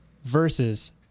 Versus